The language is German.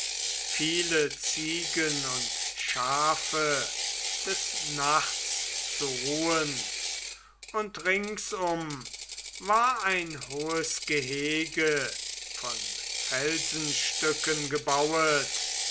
viele ziegen und schafe des nachts zu ruhen und ringsum war ein hohes gehege von felsenstücken gebauet